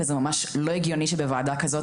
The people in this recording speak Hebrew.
וזה ממש לא הגיוני שבוועדה כזו,